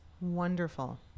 wonderful